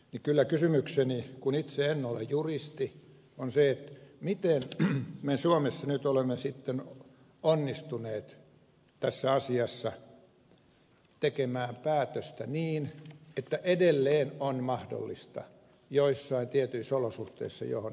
nyt kyllä kysymykseni kun itse en ole juristi on se miten me suomessa nyt olemme sitten onnistuneet tässä asiassa tekemään päätöstä niin että edelleen on mahdollista joissain tietyissä olosuhteissa joihin ed